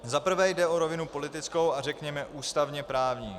Za prvé jde o rovinu politickou a řekněme ústavněprávní.